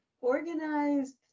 organized